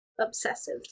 obsessive